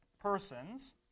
Persons